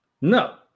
No